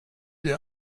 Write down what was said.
ihr